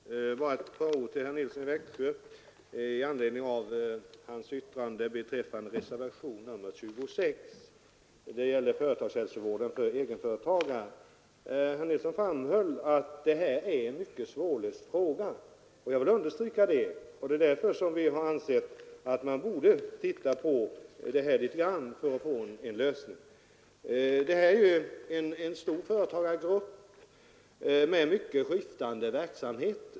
Herr talman! Bara ett par ord till herr Nilsson i Växjö i anledning av hans yttrande beträffande reservationen 26, som gäller företagshälsovården för egenföretagare. Herr Nilsson framhöll att det är en mycket svårlöst fråga. Jag vill understryka detta, och just därför har vi ansett att man borde titta litet på denna sak för att få fram en lösning. Det rör sig om en stor företagargrupp med skiftande verksamhet.